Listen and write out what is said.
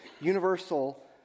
universal